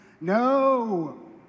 No